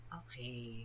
okay